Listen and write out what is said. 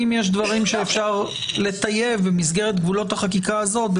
אם יש דברים שאפשר לטייב במסגרת גבולות החקיקה הזאת,